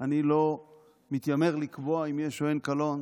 אני לא מתיימר לקבוע אם יש או אין קלון,